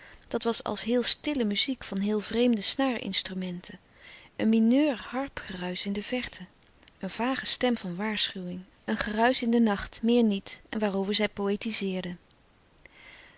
dat was als heel stille muziek van heel vreemde snaarinstrumenten een mineur harpgeruisch in de verte een vage stem van waarschuwing een geruisch in den nacht meer niet en waarover zij